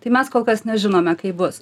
tai mes kol kas nežinome kaip bus